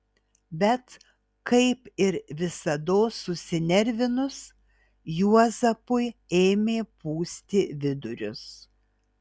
bet kaip ir visados susinervinus juozapui ėmė pūsti vidurius